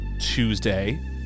Tuesday